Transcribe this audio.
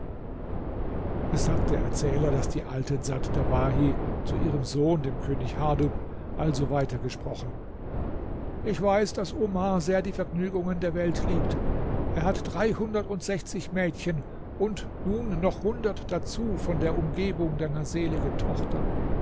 es sagt der erzähler daß die alte dsat dawahi zu ihrem sohn dem könig hardub also weiter gesprochen ich weiß daß omar sehr die vergnügungen der welt liebt er hat dreihundertundsechzig mädchen und nun noch hundert dazu von der umgebung deiner seligen tochter